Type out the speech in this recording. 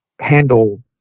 handle